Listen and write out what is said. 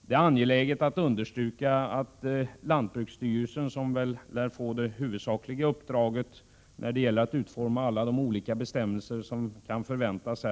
Det är väl lantbruksstyrelsen som lär få det huvudsakliga uppdraget när det gäller att utforma alla de olika bestämmelser som kan förväntas